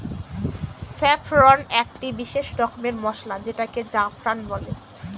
saffron একটি বিশেষ রকমের মসলা যেটাকে জাফরান বলে